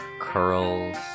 curls